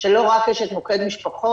שלא רק יש את מוקד משפחות,